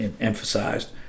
emphasized